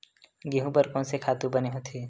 गेहूं बर कोन से खातु बने होथे?